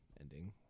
ending